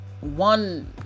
one